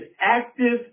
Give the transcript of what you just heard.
active